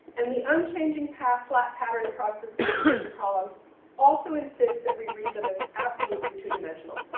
and the unchanging pad flat pattern across the surface of the columns also insists that we read them as absolutely two-dimensional,